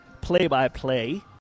play-by-play